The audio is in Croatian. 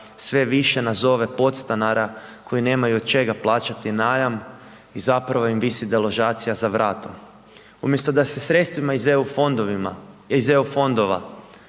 sve više nas zove podstanara koji nemaju od čega plaćati najam i zapravo im visi deložacija za vratom. Umjesto da se sredstvima iz EU fondova